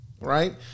right